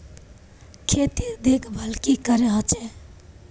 खेतीर देखभल की करे होचे?